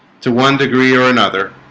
to one degree or another